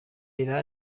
ira